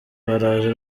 baraje